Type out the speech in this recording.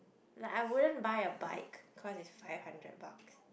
like I wouldn't buy a bike cause it's five hundred bucks